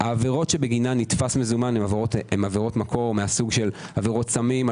העבירות שבגינן נתפס מזומן הן מקור מהסוג של עבירות סמים,